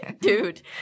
Dude